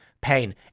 pain